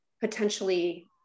potentially